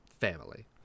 family